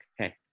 okay